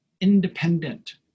independent